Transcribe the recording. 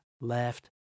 left